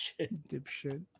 Dipshit